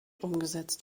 umgesetzt